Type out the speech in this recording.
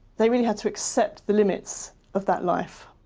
they really had to accept the limits of that life.